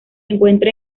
encuentra